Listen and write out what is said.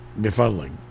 befuddling